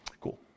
Cool